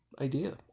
idea